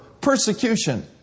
persecution